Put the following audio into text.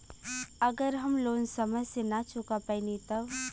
अगर हम लोन समय से ना चुका पैनी तब?